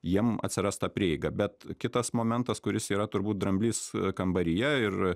jiem atsiras ta prieiga bet kitas momentas kuris yra turbūt dramblys kambaryje ir